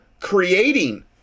creating